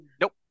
nope